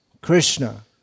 Krishna